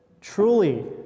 Truly